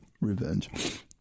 revenge